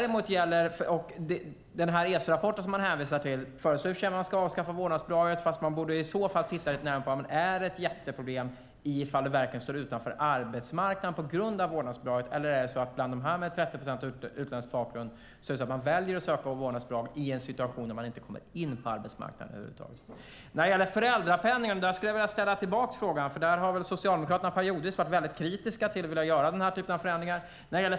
ESO-rapporten föreslår visserligen att man ska avskaffa vårdnadsbidraget, men man bör först titta på om det är ett jätteproblem och om man verkligen står utanför arbetsmarknaden på grund av vårdnadsbidraget eller om det snarare är så att dessa 30 procent väljer att söka vårdnadsbidrag därför att de inte kommer in på arbetsmarknaden över huvud taget. När det gäller föräldrapenningen skulle jag vilja ställa frågan till Maria Stenberg. Socialdemokraterna har ju periodvis varit väldigt kritiska till att göra den här typen av förändringar.